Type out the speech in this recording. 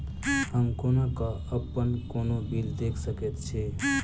हम कोना कऽ अप्पन कोनो बिल देख सकैत छी?